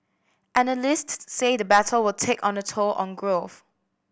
analysts say the battle will take on the toll on growth